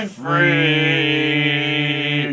free